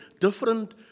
different